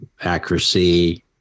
accuracy